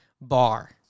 bar